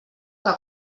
que